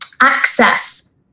access